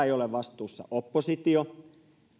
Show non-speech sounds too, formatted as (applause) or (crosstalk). (unintelligible) ei ole vastuussa oppositio